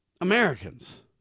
Americans